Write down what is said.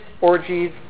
orgies